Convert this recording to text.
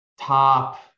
top